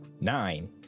Nine